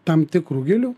tam tikrų gėlių